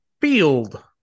field